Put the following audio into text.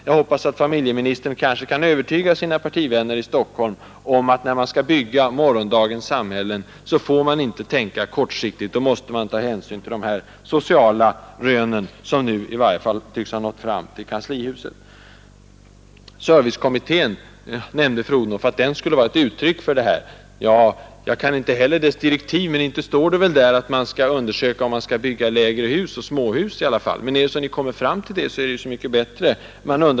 Jag hoppas att familjeministern kan övertyga sina partivänner i Stockholm om att när man skall bygga morgondagens samhälle får man inte tänka kortsiktigt — man måste ta hänsyn till de sociala rön som nu i varje fall tycks ha nått fram till kanslihuset. Fru Odhnoff nämnde att servicekommittén skulle vara ett uttryck för detta. Jag kan inte heller dess direktiv, men inte står det väl där att man skall undersöka om det skall byggas lägre hus och småhus. Kommer ni fram till det, är det så mycket bättre.